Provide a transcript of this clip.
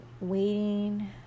waiting